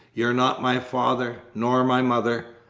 you're not my father, nor my mother.